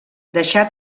deixà